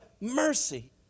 mercy